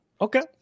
Okay